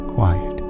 Quiet